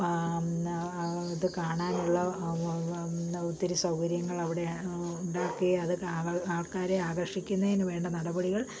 ഇത് കാണാനുള്ള ഒത്തിരി സൗകര്യങ്ങളവിടെ ഉണ്ടാക്കി അത് ആൾക്കാരെ ആകർഷിക്കുന്നതിനു വേണ്ട നടപടികൾ